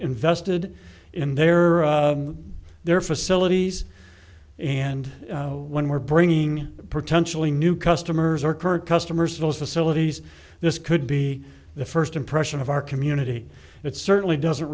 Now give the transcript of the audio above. invested in their or their facilities and when we're bringing potentially new customers or current customers to those facilities this could be the first impression of our community it certainly doesn't